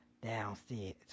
downstairs